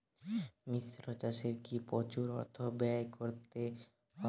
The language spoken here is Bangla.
মিশ্র চাষে কি প্রচুর অর্থ ব্যয় করতে হয়?